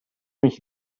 mich